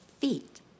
feet